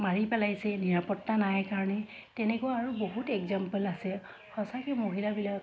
মাৰি পেলাইছে নিৰাপত্তা নাই কাৰণে তেনেকুৱা আৰু বহুত এক্সাম্পল আছে সঁচাকৈ মহিলাবিলাক